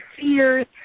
fears